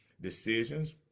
decisions